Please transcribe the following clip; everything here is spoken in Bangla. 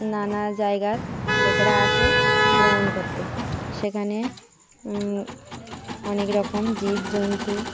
নানা জায়গার লোকেরা আসে ভ্রমণ করতে সেখানে অনেক রকম জীব জন্তু